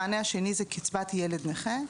המענה השני זה קצבת ילד נכה,